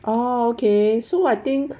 oh okay so I think